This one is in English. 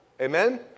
Amen